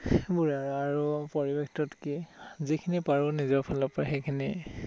সেইবোৰে আৰু আৰু পৰিৱেশটোত কি যিখিনি পাৰো নিজৰ ফালৰ পৰা সেইখিনি